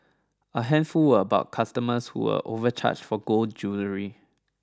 a handful were about customers who were overcharged for gold jewellery